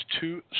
two